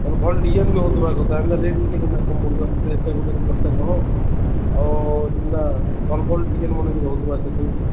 ଭଲ୍ ଡିଜାଇନ୍ ବି ହଉଥିବା ଦରକାର ଏତେଗୁଡ଼ିଏ ଖର୍ଚ୍ଚ ହେବ ଆଉ ଯେନ୍ତା ଭଲ୍ ଭଲ୍ ଡିଜାଇନ୍ ମାନେ ବି ହଉଥିବା ସେଠି